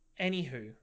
Anywho